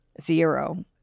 Zero